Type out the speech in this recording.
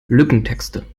lückentexte